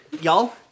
y'all